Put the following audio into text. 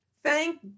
Thank